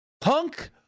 Punk